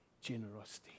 generosity